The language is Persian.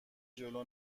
جلو